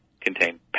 contain